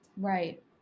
right